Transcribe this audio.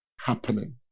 happening